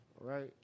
right